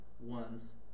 ones